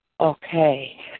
Okay